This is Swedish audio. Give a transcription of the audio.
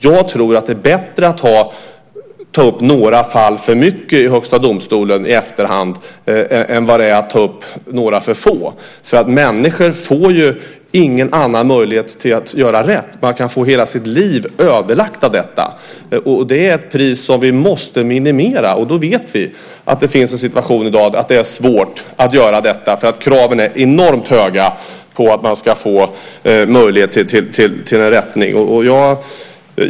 Jag tror att det är bättre att ta upp några fall för mycket i Högsta domstolen i efterhand än att ta upp några för få. Människor får ju ingen annan möjlighet att göra det rätt. Man kan få hela sitt liv ödelagt av detta. Det är ett pris som vi måste minimera. Vi vet att situationen i dag är sådan att det är svårt att göra det. Kraven är enormt höga för att man ska få möjlighet till rättelse.